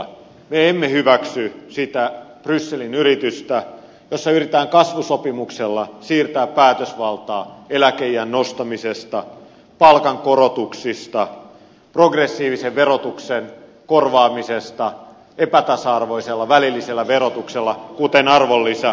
me emme hyväksy sitä brysselin yritystä jossa yritetään kasvusopimuksella siirtää päätösvaltaa eläkeiän nostamisesta palkankorotuksista progressiivisen verotuksen korvaamisesta epätasa arvoisella välillisellä verotuksella kuten arvonlisäveroilla